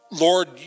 Lord